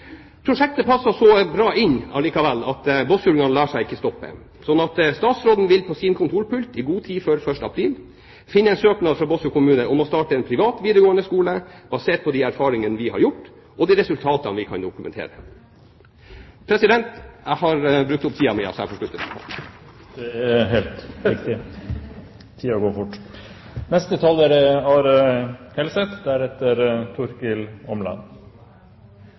Prosjektet passet bra i Båtsfjord, og båtsfjordingene lar seg ikke stoppe. Så statsråden vil på sin kontorpult i god tid før 1. april finne en søknad fra Båtsfjord kommune om å starte en privat videregående skole basert på de erfaringene vi har gjort, og de resultatene vi kan dokumentere. Jeg har brukt opp tiden min, så jeg får slutte der. Det er helt riktig. Tiden går fort. Min bestefar var skolemann, og han pleide å si at kunnskap er